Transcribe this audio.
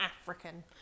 African